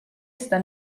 seda